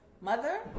mother